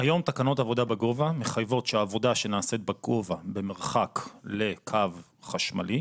היום תקנות עבודה בגובה מחייבות שעבודה שנעשית בגובה במרחק לקו חשמלי,